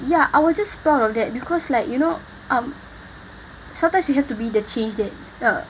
ya I was just proud of that because like you know um sometimes you have to be the change that uh